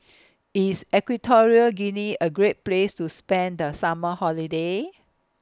IS Equatorial Guinea A Great Place to spend The Summer Holiday